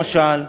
למשל,